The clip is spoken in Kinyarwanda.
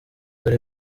dore